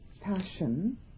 passion